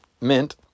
Mint